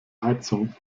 heizung